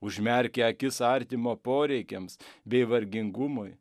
užmerkia akis artimo poreikiams bei vargingumui